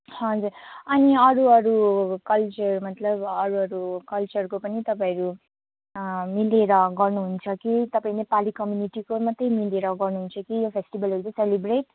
हजुर अनि अरू अरू कल्चर मतलब अरू अरू कल्चरको पनि तपाईँहरू मिलेर गर्नुहुन्छ कि तपाईँ नेपाली कम्पुनिटीको मात्रै मिलेर गर्नुहुन्छ कि फेस्टिभलहरू चाहिँ सेलिब्रेट